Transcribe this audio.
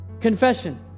Confession